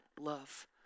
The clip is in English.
love